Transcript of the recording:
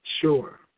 sure